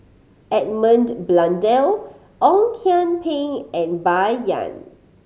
Edmund Blundell Ong Kian Peng and Bai Yan